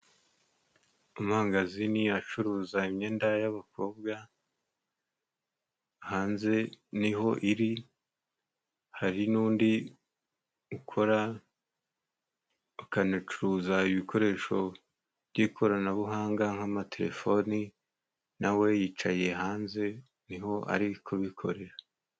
Amangazini acuruza imyenda y'abakobwa, hanze niho iri, hari n'undi ikora ukanacuruza ibikoresho by'ikoranabuhanga ,nk'amatelefoni nawe yicaye hanze niho ari kubikorera.